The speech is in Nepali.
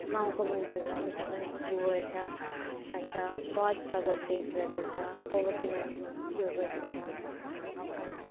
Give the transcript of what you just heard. गाउँको मान्छेहरू अहिलेसम्म पुवर छ अन्त बहुत स्ट्रगल फेस गर्दैछ पोभर्टीमा यो गर्दैछ अन्त